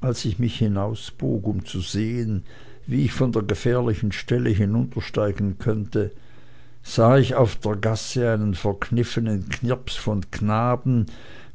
als ich mich hinausbog um zu sehen wie ich von der gefährlichen stelle hinuntersteigen könne sah ich auf der gasse einen verkniffenen knirps von knaben